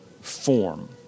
form